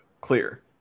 clear